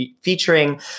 featuring